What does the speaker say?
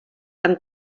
amb